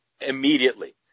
immediately